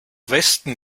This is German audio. westen